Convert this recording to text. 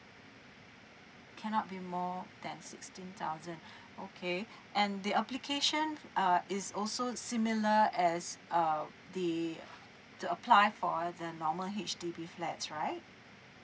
cannot be more than sixteen thousand okay and the application uh is also similar as uh the to apply for the normal H_D_B flats right